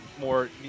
more